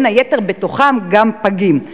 ובתוכם גם פגים.